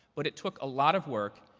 but it took a lot of work.